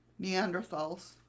Neanderthals